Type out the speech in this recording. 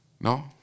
No